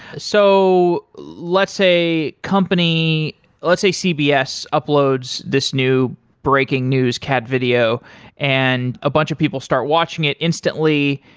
so let's say company let's say cbs uploads this new breaking news cat video and a bunch of people start watching it instantly,